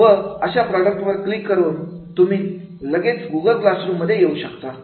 व अशा प्रॉडक्ट वर क्लिक करून तुम्ही लगेच गूगल क्लासरूम मध्ये येऊ शकता